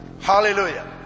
Hallelujah